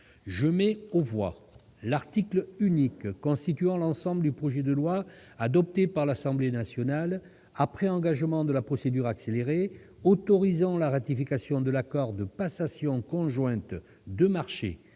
Je mets aux voix l'article unique constituant l'ensemble du projet de loi, adopté par l'Assemblée nationale après engagement de la procédure accélérée, autorisant la ratification de l'accord de passation conjointe de marché